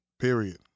period